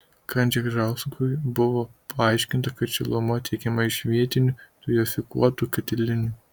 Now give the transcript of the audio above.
kandzežauskui buvo paaiškinta kad šiluma tiekiama iš vietinių dujofikuotų katilinių